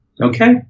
Okay